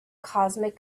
cosmic